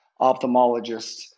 ophthalmologist